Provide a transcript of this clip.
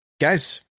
guys